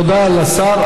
תודה לשר.